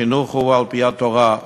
החינוך הוא על-פי התורה,